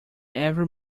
every